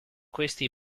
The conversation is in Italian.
questi